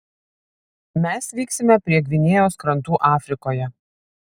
mes vyksime prie gvinėjos krantų afrikoje